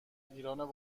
ایران